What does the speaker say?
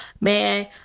man